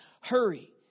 hurry